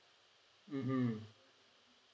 mmhmm